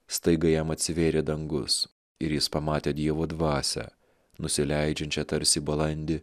staiga jam atsivėrė dangus ir jis pamatė dievo dvasią nusileidžiančią tarsi balandį